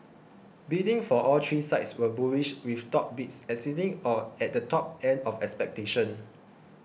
bidding for all three sites was bullish with top bids exceeding or at the top end of expectations